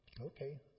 okay